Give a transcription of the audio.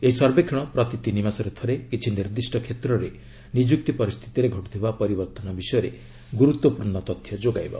ଏହି ସର୍ବେକ୍ଷଣ ପ୍ରତି ତିନି ମାସରେ ଥରେ କିଛି ନିର୍ଦ୍ଦିଷ୍ଟ କ୍ଷେତ୍ରରେ ନିଯୁକ୍ତି ପରିସ୍ଥିତିରେ ଘଟୁଥିବା ପରିବର୍ତ୍ତନ ବିଷୟରେ ଗୁରୁତ୍ୱପୂର୍ଣ୍ଣ ତଥ୍ୟ ଯୋଗାଇବ